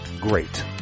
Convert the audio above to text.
great